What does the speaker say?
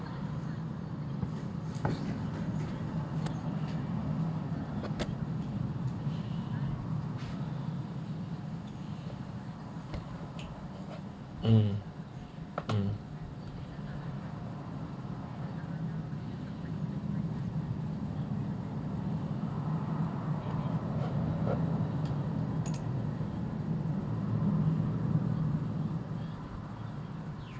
um um